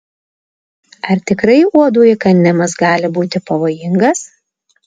ar tikrai uodų įkandimas gali būti pavojingas